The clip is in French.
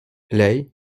lay